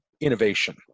innovation